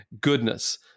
goodness